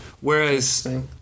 Whereas